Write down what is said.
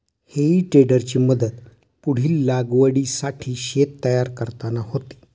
हेई टेडरची मदत पुढील लागवडीसाठी शेत तयार करताना होते